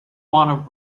want